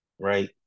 right